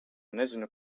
nezinu